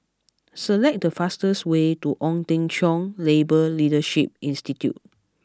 select the fastest way to Ong Teng Cheong Labour Leadership Institute